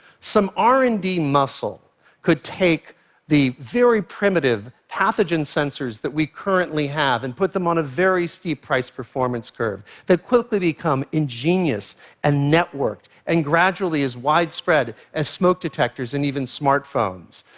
some r and d muscle could take the very primitive pathogen sensors that we currently have and put them on a very steep price performance curve that would quickly become ingenious and networked and gradually as widespread as smoke detectors and even smartphones.